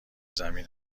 زمین